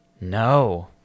No